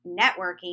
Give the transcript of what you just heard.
networking